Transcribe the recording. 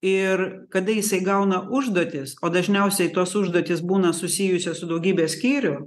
ir kada jisai gauna užduotis o dažniausiai tos užduotys būna susijusios su daugybe skyrių